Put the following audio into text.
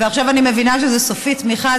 ועכשיו אני מבינה שזה סופית תמיכה.